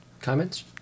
comments